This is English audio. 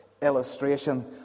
Illustration